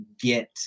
get